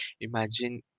imagine